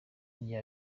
rya